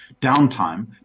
downtime